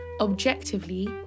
Objectively